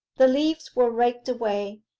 the leaves were raked away,